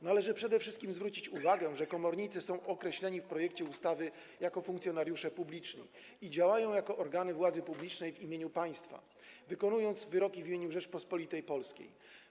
Należy przede wszystkim zwrócić uwagę, że komornicy są określeni w projekcie ustawy jako funkcjonariusze publiczni i działają jako organy władzy publicznej w imieniu państwa, wykonując wyroki w imieniu Rzeczypospolitej Polskiej.